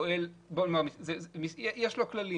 לא, משרד האוצר פועל יש לו כללים.